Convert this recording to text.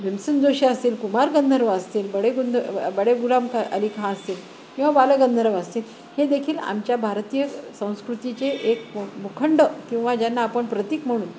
भीमसेन जोशी असतील कुमारगंधर्व असतील बडे गुंद बडे गुलाम ख अली खान असतील किंवा बालगंधर्व असतील हे देखील आमच्या भारतीय संस्कृतीचे एक मुखंड किंवा ज्यांना आपण प्रतीक म्हणून